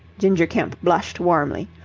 ginger kemp blushed warmly.